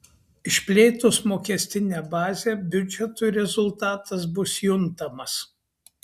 išplėtus mokestinę bazę biudžetui rezultatas bus juntamas